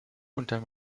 unterm